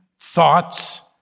thoughts